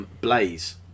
Blaze